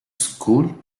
school